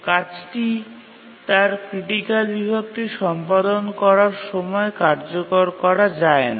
কাজটি তার ক্রিটিকাল বিভাগটি সম্পাদন করার সময় কার্যকর করা যায় না